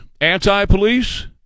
anti-police